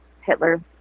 Hitler